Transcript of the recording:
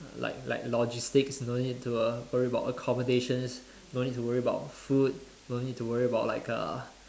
like like logistics don't need to worry about accommodations don't need to worry about food don't need to worry about like uh